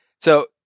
so-